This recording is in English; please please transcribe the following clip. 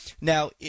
Now